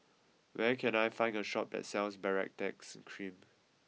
where can I find a shop that sells Baritex cream